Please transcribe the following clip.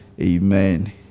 Amen